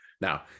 Now